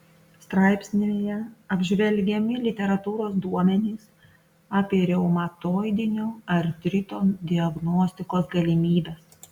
straipsnyje apžvelgiami literatūros duomenys apie reumatoidinio artrito diagnostikos galimybes